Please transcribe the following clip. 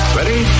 Ready